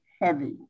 heavy